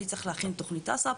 אני צריך להכין תוכנית הס"פ,